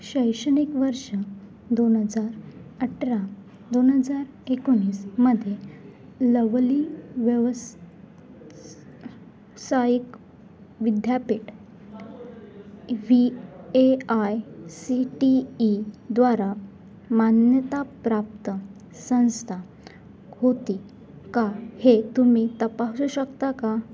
शैक्षणिक वर्ष दोन हजार अठरा दोन हजार एकोणीसमध्ये लवली व्यवस् सायिक विद्यापीठ ही A I C T E द्वारा मान्यताप्राप्त संस्था होती का हे तुम्ही तपासू शकता का